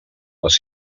les